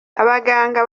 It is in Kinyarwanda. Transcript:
abaganga